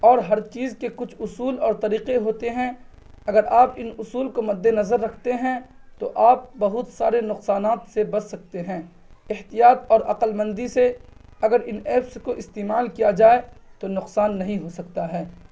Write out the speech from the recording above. اور ہر چیز کے کچھ اصول اور طریقے ہوتے ہیں اگر آپ ان اصول کو مدِ ںظر رکھتے ہیں تو آپ بہت سارے نقصانات سے بچ سکتے ہیں احتیاط اور عقلمندی سے اگر ان ایپس کو استعمال کیا جائے تو نقصان نہیں ہو سکتا ہے